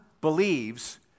believes